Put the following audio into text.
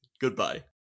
Goodbye